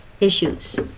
issues